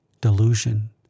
delusion